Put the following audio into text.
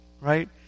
Right